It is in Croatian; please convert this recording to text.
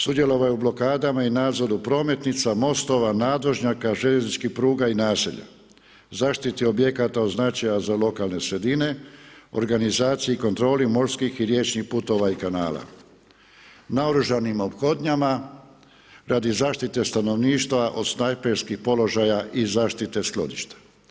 Sudjelovao je u blokadama i nadzora prometnica, mostova, nadvožnjaka, željezničkih pruga i naselja, zaštita objekata od značaja za lokalne sredine, organizacija i kontroli, morskih i riječnih putova i kanala, naoružanima okotnjama, radi zaštite stanovništva od snajperskih položaja i zaštita skladišta.